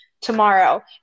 tomorrow